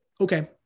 okay